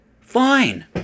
fine